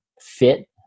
fit